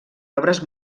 obres